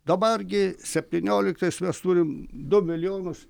dabar gi septynioliktais mes turim du milijonus